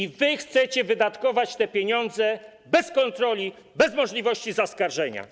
I wy chcecie wydatkować te pieniądze bez kontroli, bez możliwości zaskarżenia.